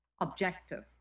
objective